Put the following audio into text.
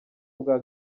ubwa